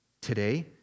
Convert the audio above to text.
today